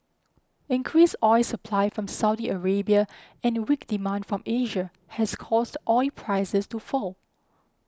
increased oil supply from Saudi Arabia and weak demand from Asia has caused oil prices to fall